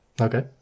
Okay